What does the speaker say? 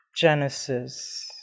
Genesis